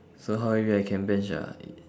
so how heavy I can bench ah